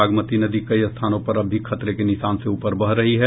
बागमती नदी कई स्थानों पर अब भी खतरे के निशान से ऊपर बह रही है